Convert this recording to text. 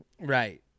right